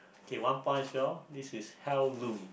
okay one point as well this is heirlooms